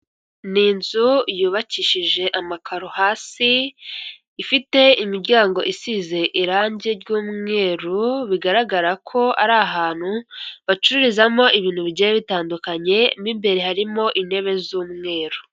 Ni inzu yubakishije amakaro hasi, ifite imiryango isize irangi ry'umweru bigaragara ko ari ahantu bacururizamo ibintu bigiye bitandukanye, mo imbere harimo intebe z'umweru.